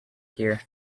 here